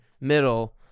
middle